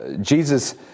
Jesus